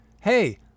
hey